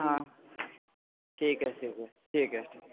ہاں ٹھیک ہے ٹھیک ہے ٹھیک ہے